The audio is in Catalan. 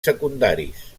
secundaris